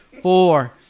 four